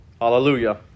Hallelujah